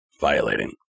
violating